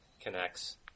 connects